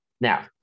Now